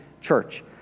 Church